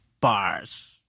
bars